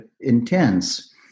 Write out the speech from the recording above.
intense